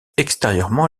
extérieurement